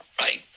Right